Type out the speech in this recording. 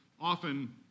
often